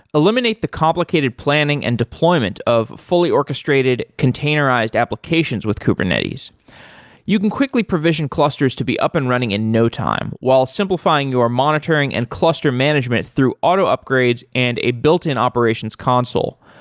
eliminate the complicated planning and deployment of fully orchestrated containerized applications with kubernetes you can quickly provision clusters to be up and running in no time, while simplifying your monitoring and cluster management through auto upgrades and a built-in operations console.